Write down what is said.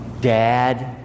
dad